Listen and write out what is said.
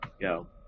go